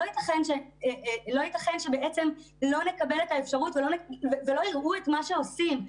לא ייתכן שבעצם לא נקבל את האפשרות ולא יראו את מה שעושים.